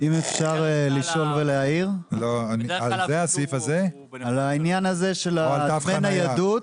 אם אפשר לשאול ולהעיר לעניין הזה של דמי הניידות.